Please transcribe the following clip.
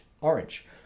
orange